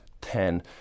ten